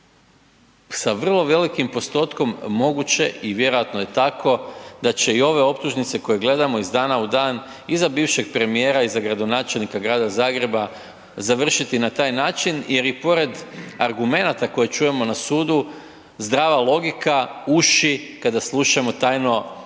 sa vrlo velikim postotkom moguće i vjerojatno je tako da će i ove optužnice koje gledamo iz dana u dan i za bivšeg premijera i za gradonačelnika grada Zagreba završiti na taj način jer i pored argumenata koje čujemo na sudu zdrava logika, uši kada slušamo tajno snimljene